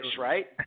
right